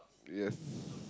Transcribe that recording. yes